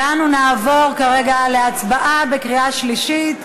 אנו נעבור כרגע להצבעה בקריאה שלישית.